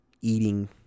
eating